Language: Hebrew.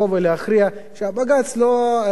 שבג"ץ לא יוכל לבוא,